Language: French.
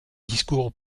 discours